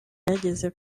yageze